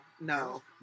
no